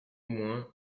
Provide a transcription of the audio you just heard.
moins